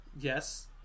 Yes